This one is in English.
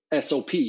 SOP